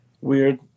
Weird